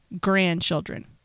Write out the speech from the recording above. grandchildren